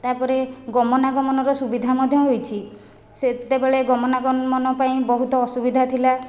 ତା'ପରେ ଗମନାଗମନର ସୁବିଧା ମଧ୍ୟ ହୋଇଛି ସେତେବେଳେ ଗମନାଗମନ ପାଇଁ ବହୁତ ଅସୁବିଧା ଥିଲା